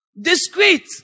Discreet